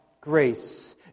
grace